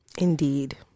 indeed